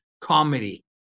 comedy